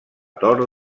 tor